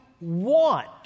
want